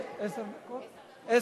לו השר בוגי יעלון, בבקשה.